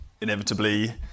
inevitably